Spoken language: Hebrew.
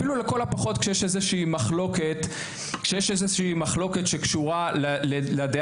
אפילו לכל הפחות כשיש איזושהי מחלוקת שקשורה לדעה,